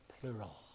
plural